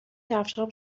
کفشهام